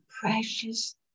precious